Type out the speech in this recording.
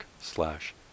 slash